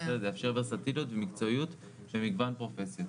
זה יאפשר ורסטיליות ומקצועיות של מגוון פרופסיות.